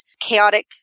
chaotic